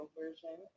version